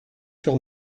sur